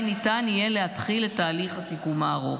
ניתן יהיה להתחיל את תהליך השיקום הארוך.